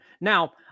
Now